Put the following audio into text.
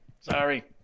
sorry